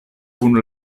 kun